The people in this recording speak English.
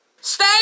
Stay